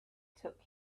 took